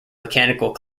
mechanical